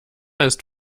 ist